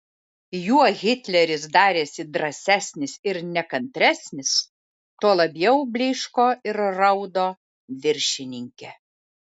juo hitleris darėsi drąsesnis ir nekantresnis tuo labiau blyško ir raudo viršininkė